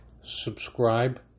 subscribe